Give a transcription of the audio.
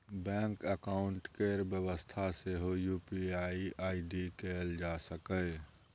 bank account केर बेबस्था सेहो यु.पी.आइ आइ.डी कएल जा सकैए